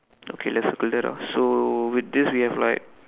okay let's circle that ah so with this we have like